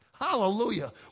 Hallelujah